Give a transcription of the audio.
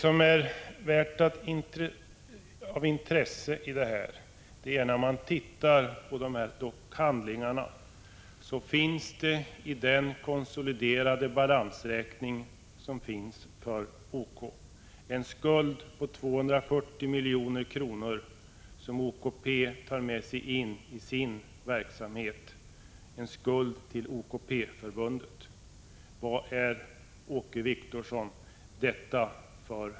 Det intressanta är att det i den konsoliderade balansräkningen för OK finns en skuld på 240 milj.kr. som OKP tar med sig in i sin verksamhet. Vad är detta för ett belopp, Åke Wictorsson?